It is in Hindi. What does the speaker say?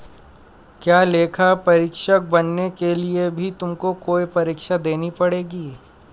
क्या लेखा परीक्षक बनने के लिए भी तुमको कोई परीक्षा देनी पड़ी थी?